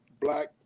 black